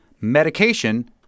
medication